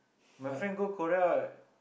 my friend go Korea